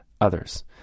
others